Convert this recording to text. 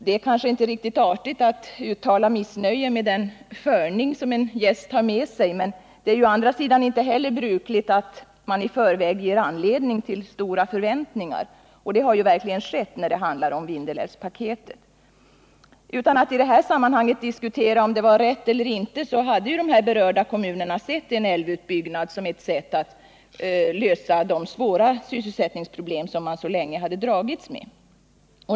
Det är kanske inte riktigt artigt att uttala missnöje med förning som en gäst har med sig, men det är ju å andra sidan inte heller brukligt att man i förväg ger anledning till stora förväntningar. Och det har verkligen skett när det handlar om Vindelälvspaketet. Utan att i det här sammanhanget diskutera om det var rätt eller inte så hade de berörda kommunerna sett en älvutbyggnad som ett sätt att lösa de svåra sysselsättningsproblem som de länge dragits med.